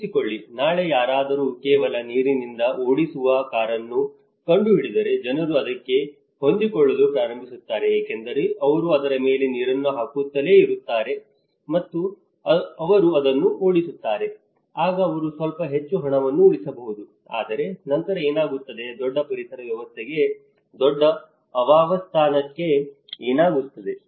ಊಹಿಸಿಕೊಳ್ಳಿ ನಾಳೆ ಯಾರಾದರೂ ಕೇವಲ ನೀರಿನಿಂದ ಓಡಿಸುವ ಕಾರನ್ನು ಕಂಡುಹಿಡಿದರೆ ಜನರು ಅದಕ್ಕೆ ಹೊಂದಿಕೊಳ್ಳಲು ಪ್ರಾರಂಭಿಸುತ್ತಾರೆ ಏಕೆಂದರೆ ಅವರು ಅದರ ಮೇಲೆ ನೀರನ್ನು ಹಾಕುತ್ತಲೇ ಇರುತ್ತಾರೆ ಮತ್ತು ಅವರು ಅದನ್ನು ಓಡಿಸುತ್ತಾರೆ ಆಗ ಅವರು ಸ್ವಲ್ಪ ಹೆಚ್ಚು ಹಣವನ್ನು ಉಳಿಸಬಹುದು ಆದರೆ ನಂತರ ಏನಾಗುತ್ತದೆ ದೊಡ್ಡ ಪರಿಸರ ವ್ಯವಸ್ಥೆಗೆ ದೊಡ್ಡ ಆವಾಸಸ್ಥಾನಕ್ಕೆ ಏನಾಗುತ್ತದೆ